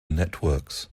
networks